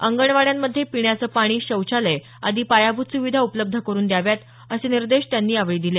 अंगणवाड्यांमध्ये पिण्याचं पाणी शौचालय आदी पायाभूत सुविधा उपलब्ध करुन द्याव्यात असे निर्देशही त्यांनी यावेळी दिले